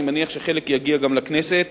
אני מניח שחלק יגיע גם לכנסת,